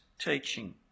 teaching